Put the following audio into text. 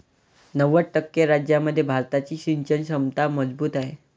नव्वद टक्के राज्यांमध्ये भारताची सिंचन क्षमता मजबूत आहे